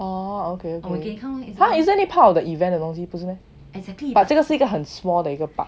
oh okay isn't it part of 那个 event 的那个东西不是 meh but 这个是一个很 small 的一个 party